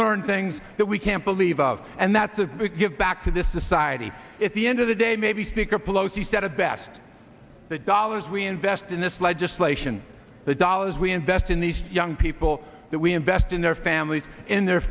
learn things that we can't believe of and that the give back to the society at the end of the day maybe speaker pelosi said it best the dollars we invest in this legislation the dollars we invest in these young people that we invest in their families in their